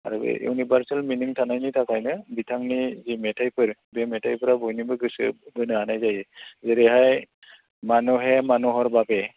आरो बे universal meaning थानायनि थाखायनो बिथांनि जि मेथाइफोर बे मेथाइफोराव बयनिबो गोसो बोनो हानाय जायो जेरैहाय मानुहे मानुहर बाबे